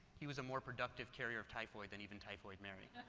he was a more productive carrier of typhoid than even typhoid marrying.